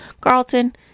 Carlton